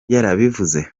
yarabivuze